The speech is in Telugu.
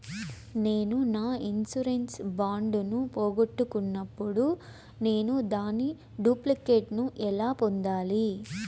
నేను నా ఇన్సూరెన్సు బాండు ను పోగొట్టుకున్నప్పుడు నేను దాని డూప్లికేట్ ను ఎలా పొందాలి?